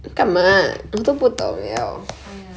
!aiya!